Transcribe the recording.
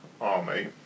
army